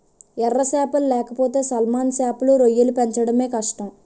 ఎర సేపలు లేకపోతే సాల్మన్ సేపలు, రొయ్యలు పెంచడమే కష్టం